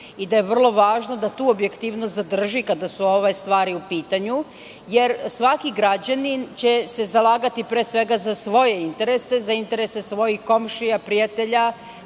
i vrlo je važno da tu objektivnost zadrži kada su ove stvari u pitanju, jer svaki građanin će se zalagati pre svega za svoje interese, za interese svojih komšija, prijatelja,